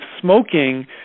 smoking